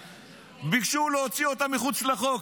ביקשו להוציא אותם מחוץ לחוק,